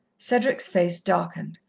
cedric's face darkened.